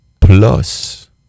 plus